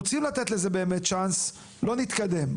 צ'אנס לא נתקדם.